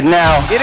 now